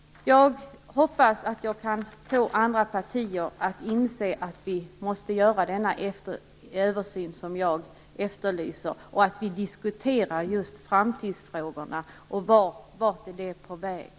Jag hoppas att jag kan få andra partier att inse att vi måste göra den översyn som jag efterlyser och att vi måste diskutera just framtidsfrågorna och vart vi är på väg.